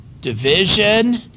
division